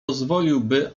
pozwoliłby